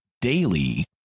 daily